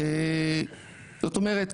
זאת אומרת,